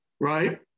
right